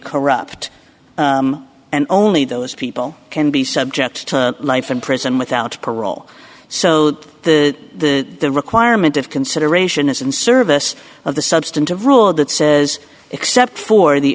corrupt and only those people can be subject to life in prison without parole so that the requirement of consideration is in service of the substantive rule that says except for the